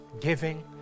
giving